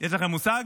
יש לכם מושג?